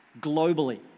globally